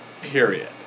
Period